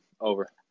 Over